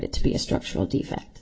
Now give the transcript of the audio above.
it to be a structural defect